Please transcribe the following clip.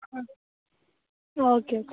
ആ okay okay